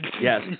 Yes